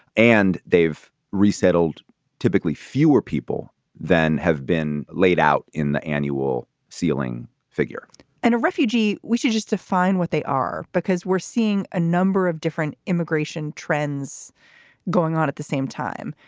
and they've resettled typically fewer people than have been laid out in the annual ceiling figure and a refugee we should just define what they are because we're seeing a number of different immigration trends going on. at the same time,